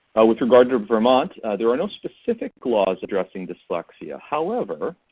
with regard to vermont, there are no specific laws addressing dyslexia however,